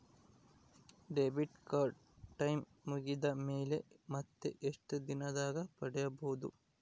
Debit card time ಮುಗಿದ ಮೇಲೆ ಮತ್ತೆ ಎಷ್ಟು ದಿನದಾಗ ಪಡೇಬೋದು?